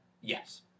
Yes